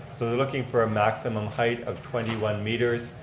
so they're looking for a maximum height of twenty one meters,